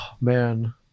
man